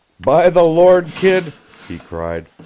by the lord, kid, he cried,